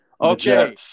Okay